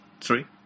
three